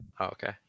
Okay